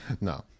No